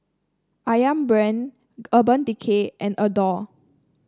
ayam Brand Urban Decay and Adore